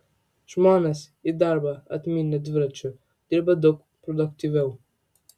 žmonės į darbą atmynę dviračiu dirba daug produktyviau